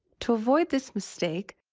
to avoid this mistake,